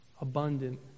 abundant